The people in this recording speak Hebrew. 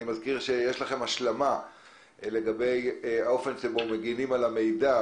אני מזכיר שאתם צריכים להשלים לגבי האופן שבו מגינים על המידע.